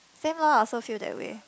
same loh I also feel that way